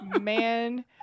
man